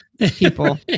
people